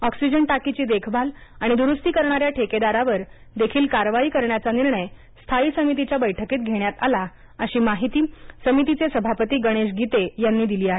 oxygen टाकीची देखभाल आणि दुरुस्ती करणाऱ्या ठेकेदारावर देखील कारवाई करण्याचा निर्णय स्थायी समितीच्या बैठकीत घेण्यात आला अशी माहिती समितीचे सभापती गणेश गीते यांनी दिली आहे